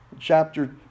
chapter